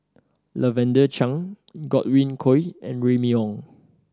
Lavender Chang Godwin Koay and Remy Ong